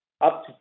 up